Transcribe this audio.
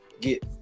get